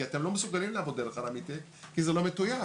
כי אתם לא מסוגלים לעבוד דרך הרמיטק כי זה לא מטוייב.